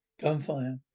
gunfire